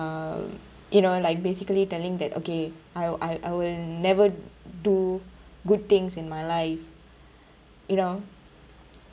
um you know like basically telling that okay I I I will never do good things in my life you know